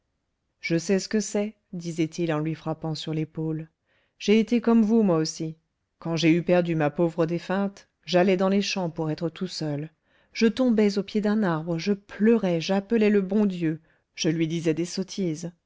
je sais ce que c'est disait-il en lui frappant sur l'épaule j'ai été comme vous moi aussi quand j'ai eu perdu ma pauvre défunte j'allais dans les champs pour être tout seul je tombais au pied d'un arbre je pleurais j'appelais le bon dieu je lui disais des sottises